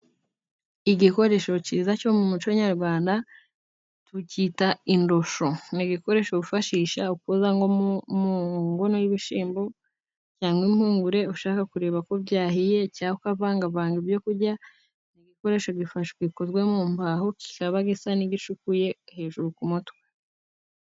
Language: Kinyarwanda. Igikoresho cyiza cyo mu muco nyarwanda tucyita indosho. Ni ibikoresho wifashisha kuza nko mu nkono y'ibishyimbo cyangwa impungure, ushaka kureba ko byahiye cyangwa ukavangavanga ibyo kurya. Ni igikoresho gikozwe mu mbaho, kikaba gisa n'igicukuye hejuru ku mutwe.